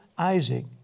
Isaac